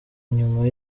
nyuma